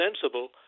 sensible